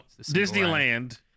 Disneyland